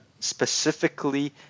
specifically